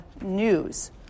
news